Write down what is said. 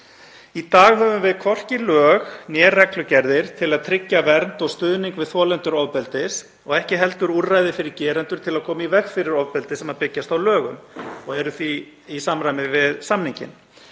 Í dag höfum við hvorki lög né reglugerðir til að tryggja vernd og stuðning við þolendur ofbeldis og ekki heldur úrræði fyrir gerendur til að koma í veg fyrir ofbeldi sem byggjast á lögum og eru því í samræmi við samninginn.